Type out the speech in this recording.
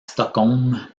stockholm